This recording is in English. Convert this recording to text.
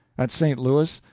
at st. louis,